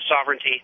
sovereignty